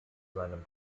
seinem